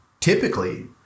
Typically